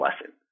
lesson